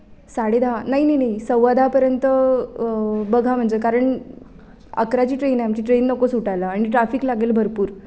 साडेदहा नाही नाही नाही सव्वादहापर्यंत बघा म्हणजे कारण अकराची ट्रेन आहे आमची ट्रेन नको सुटायला आणि ट्राफिक लागेल भरपूर